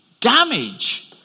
damage